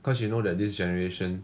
because she know that this generation